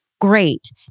great